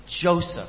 Joseph